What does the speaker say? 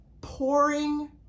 pouring